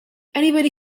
anybody